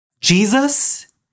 Jesus